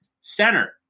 center